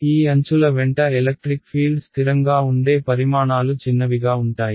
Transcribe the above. ఈ అంచుల వెంట ఎలక్ట్రిక్ ఫీల్డ్ స్థిరంగా ఉండే పరిమాణాలు చిన్నవిగా ఉంటాయి